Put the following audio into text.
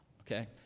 Okay